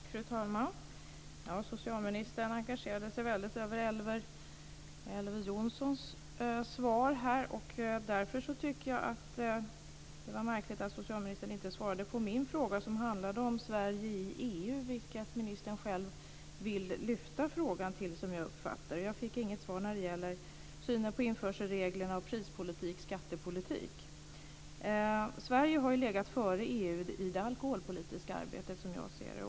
Fru talman! Socialministern engagerade sig väldigt i Elver Jonssons svar. Därför tycker jag att det är märkligt att socialministern inte svarade på min fråga som handlade om Sverige i EU, som ministern själv vill lyfta frågan till, som jag uppfattar det. Jag fick inget svar på frågan om synen på införselregler, prispolitik och skattepolitik. Sverige har ju legat före EU i det alkoholpolitiska arbetet, som jag ser det.